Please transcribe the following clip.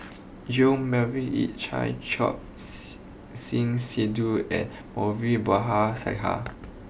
Yong Melvin Yik Chye Choor Singh Sidhu and Moulavi Babu Sahib